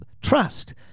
trust